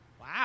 Wow